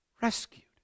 rescued